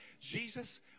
Jesus